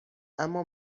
اما